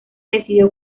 decidió